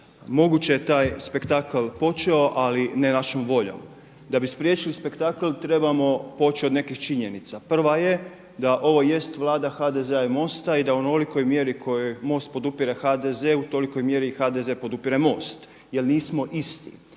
Moguće je taj spektakl počeo ali ne našom voljom. Da bi spriječili spektakl trebamo poći od nekih činjenica, prva je da ovo jest vlada HDZ-a i MOST-a i da u onolikoj mjeri kojoj MOST podupire HDZ-u u tolikoj mjeri HDZ-a podupire MOST jel nismo isti.